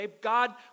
God